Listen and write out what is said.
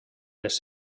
les